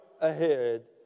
ahead